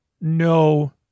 No